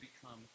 become